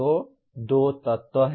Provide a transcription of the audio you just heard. तो 2 तत्व हैं